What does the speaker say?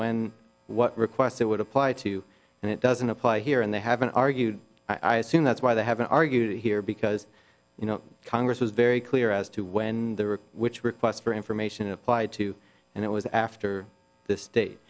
when what request it would apply to and it doesn't apply here and they haven't argued i assume that's why they haven't argued here because you know congress was very clear as to when they were which requests for information applied to and it was after th